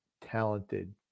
talented